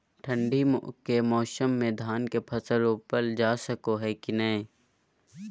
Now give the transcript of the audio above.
ठंडी के मौसम में धान के फसल रोपल जा सको है कि नय?